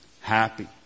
Happy